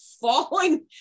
falling